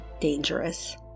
dangerous